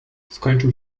skończył